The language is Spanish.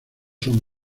son